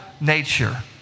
nature